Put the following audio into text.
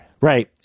Right